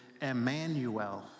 emmanuel